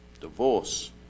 divorce